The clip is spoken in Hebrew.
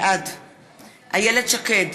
בעד איילת שקד,